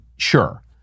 Sure